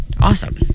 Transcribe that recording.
Awesome